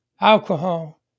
alcohol